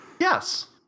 Yes